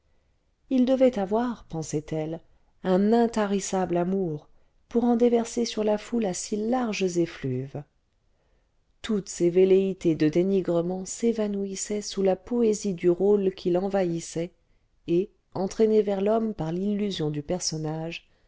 il devait avoir pensait-elle un intarissable amour pour en déverser sur la foule à si larges effluves toutes ses velléités de dénigrement s'évanouissaient sous la poésie du rôle qui l'envahissait et entraînée vers l'homme par l'illusion du personnage